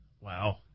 Wow